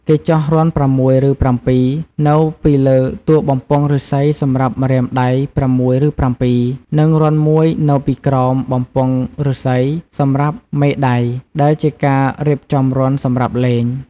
គេចោះរន្ធ ៦ ឬ ៧ នៅពីលើតួបំពង់ឫស្សីសម្រាប់ម្រាមដៃ ៦ ឬ ៧ និងរន្ធមួយនៅពីក្រោមបំពង់ឫស្សីសម្រាប់មេដៃដែលជាការរៀបចំរន្ធសម្រាប់លេង។